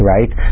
Right